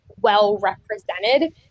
well-represented